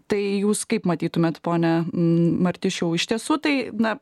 tai jūs kaip matytumėt pone martišiau iš tiesų tai na